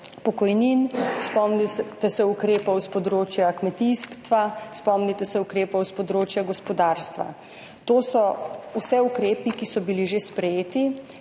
pokojnin. Spomnite se ukrepov s področja kmetijstva. Spomnite se ukrepov s področja gospodarstva. To so vse ukrepi, ki so bili že sprejeti.